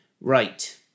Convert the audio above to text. Right